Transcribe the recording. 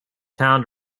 town